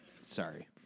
Sorry